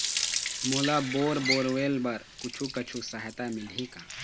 मोला bore borewells बर कुछू कछु सहायता मिलही का?